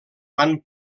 van